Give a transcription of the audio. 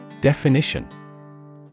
Definition